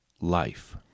life